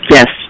Yes